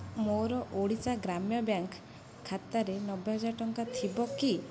ମୋର ଓଡ଼ିଶା ଗ୍ରାମ୍ୟ ବ୍ୟାଙ୍କ୍ ଖାତାରେ ନବେହଜାର ଟଙ୍କା ଥିବ କି